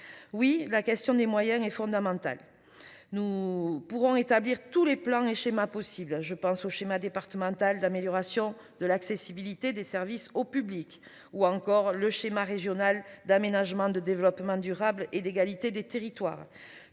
Oui la question des moyens et fondamental. Nous pourrons établir tous les plans et schémas possibles, je pense au schéma départemental d'amélioration de l'accessibilité des services au public ou encore le schéma régional d'aménagement, de développement durable et d'égalité des territoires